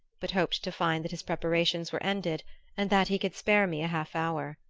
but hoped to find that his preparations were ended and that he could spare me a half hour.